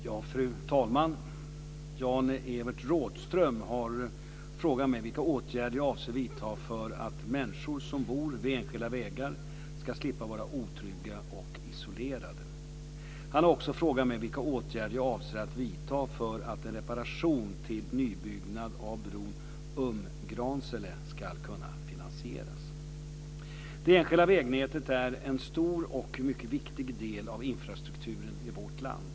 Fru talman! Jan-Evert Rådhström har frågat mig vilka åtgärder jag avser att vidta för att människor som bor vid enskilda vägar ska slippa vara otrygga och isolerade. Han har också frågat mig vilka åtgärder jag avser att vidta för att en reparation eller nybyggnad av bron i Umgransele ska kunna finansieras. Det enskilda vägnätet är en stor och mycket viktig del av infrastrukturen i vårt land.